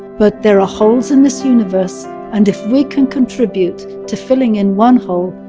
but there are holes in this universe and if we can contribute to filling in one hole,